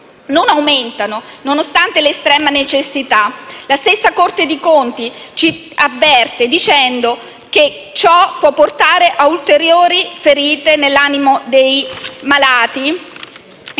non aumentano, nonostante l'estrema necessità. La stessa Corte dei conti ci avverte dicendo che ciò può portare a ulteriori ferite nell'animo dei malati.